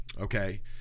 okay